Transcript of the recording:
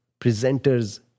presenters